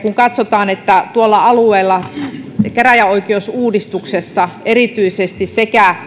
katsotaan että tuolla alueella erityisesti käräjäoikeusuudistuksessa sekä